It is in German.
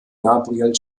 gabriel